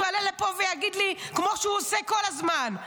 הוא יעלה לפה ויגיד לי כמו שהוא עושה כל הזמן.